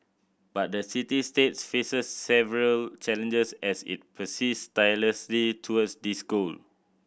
but the city state faces several challenges as it persists tirelessly towards this goal